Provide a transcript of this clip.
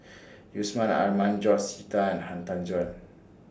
Yusman Aman George Sita and Han Tan Juan